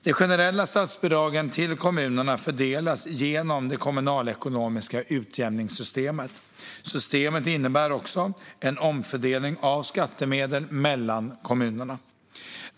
De generella statsbidragen till kommunerna fördelas genom det kommunalekonomiska utjämningssystemet. Systemet innebär också en omfördelning av skattemedel mellan kommunerna.